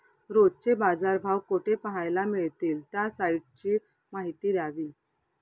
रोजचे बाजारभाव कोठे पहायला मिळतील? त्या साईटची माहिती द्यावी